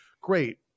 great